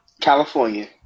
California